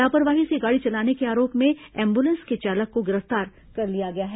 लापरवाही से गाड़ी चलाने के आरोप में एंबुलेंस के चालक को गिरफ्तार कर लिया गया है